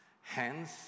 hence